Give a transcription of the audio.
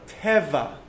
Teva